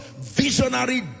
visionary